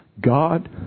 God